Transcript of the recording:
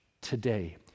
today